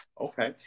Okay